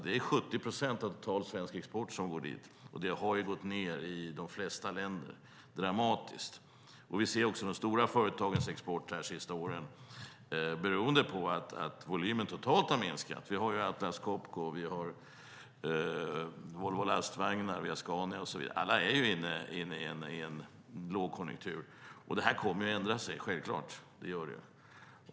Det är 70 procent av svensk export totalt som går dit. Den har gått ned i de flesta länder dramatiskt, också de stora företagens export, de senaste åren beroende på att volymen totalt har minskat. Atlas Copco, Volvo Lastvagnar och Scania, alla är inne i en lågkonjunktur. Det kommer att ändra sig såklart.